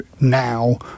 now